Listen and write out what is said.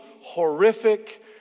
horrific